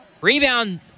Rebound